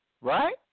right